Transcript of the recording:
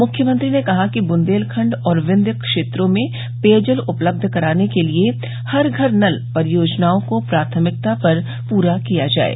मुख्यमंत्री ने कहा कि बुन्देलखंड और बिंध्य क्षेत्रों में पेयजल उपलब्ध कराने के लिये हर घर नल परियोजनाओं को प्राथमिकता पर पूरा किया जाये